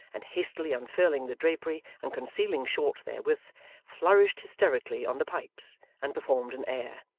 and hastily unfurling the drapery and concealing short therewith, flourished hysterically on the pipes and performed an air.